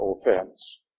offense